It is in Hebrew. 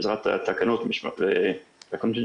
בעזרת תקנות משפטיות.